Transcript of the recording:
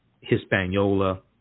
Hispaniola